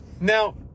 Now